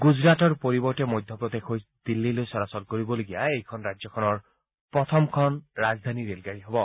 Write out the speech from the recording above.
গুজৰাটৰ পৰিৱৰ্তে মধ্যপ্ৰদেশ হৈ দিল্লীলৈ চলাচল কৰিবলগীয়া এইখন ৰাজ্যখনৰ প্ৰথমখন ৰাজধানী ৰে'লগাড়ী হ'ব